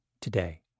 today